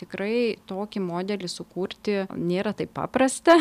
tikrai tokį modelį sukurti nėra taip paprasta